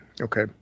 Okay